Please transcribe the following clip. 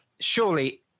surely